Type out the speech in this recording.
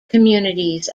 communities